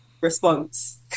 response